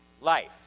life